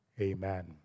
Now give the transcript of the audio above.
amen